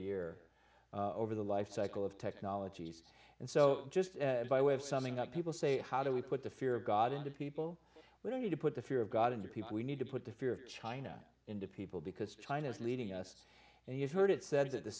year over the life cycle of technologies and so just by way of summing up people say how do we put the fear of god into people we don't need to put the fear of god into people we need to put the fear of china into people because china is leading us and you've heard it said that the